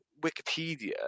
Wikipedia